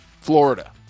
Florida